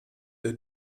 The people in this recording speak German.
der